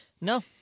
No